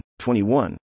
21